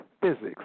physics